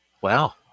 Wow